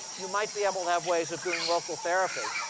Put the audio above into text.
you might be able to have ways of doing local therapy.